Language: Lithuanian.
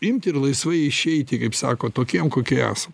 imt ir laisvai išeiti kaip sako tokiem kokie esam